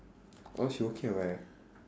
oh she okay [what]